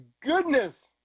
goodness